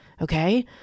Okay